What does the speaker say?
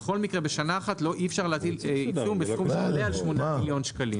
בכל מקרה בשנה אחת אי אפשר להטיל עיצום בסכום שיעלה על 8 מיליון שקלים.